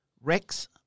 Rex